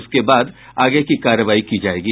उसके बाद आगे की कार्रवाई की जायेगी